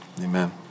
Amen